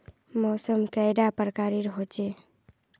मौसम कैडा प्रकारेर होचे?